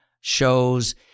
shows